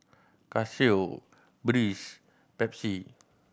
Casio Breeze Pepsi